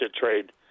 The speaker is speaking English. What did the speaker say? trade